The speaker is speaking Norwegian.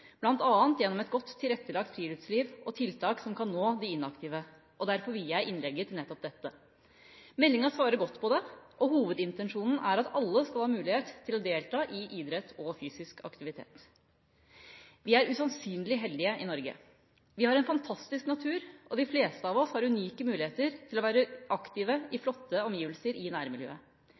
gjennom et godt tilrettelagt friluftsliv og tiltak som kan nå de inaktive. Derfor vier jeg innlegget til nettopp dette. Meldinga svarer godt på dette, og hovedintensjonen er at alle skal ha mulighet til å delta i idrett og fysisk aktivitet. Vi er usannsynlig heldige i Norge. Vi har en fantastisk natur, og de fleste av oss har unike muligheter til å være aktive i flotte omgivelser i nærmiljøet.